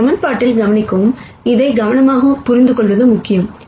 இந்த சமன்பாட்டில் கவனிக்கவும் இதை கவனமாக புரிந்துகொள்வது முக்கியம்